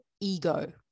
ego